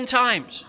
times